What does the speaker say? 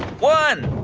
one.